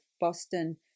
Boston